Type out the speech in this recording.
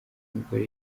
mugore